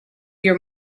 your